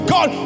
God